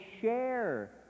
share